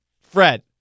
Fred